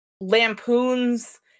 lampoons